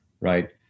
right